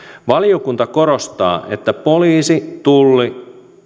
valiokunta korostaa että poliisi tulli